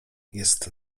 jest